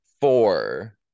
four